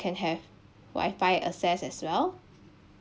can have wifi access as well